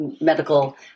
medical